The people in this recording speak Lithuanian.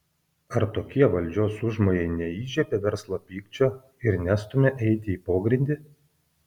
ar tokie valdžios užmojai neįžiebia verslo pykčio ir nestumia eiti į pogrindį